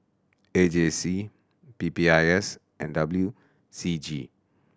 A J C P P I S and W C G